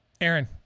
Aaron